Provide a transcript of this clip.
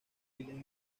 william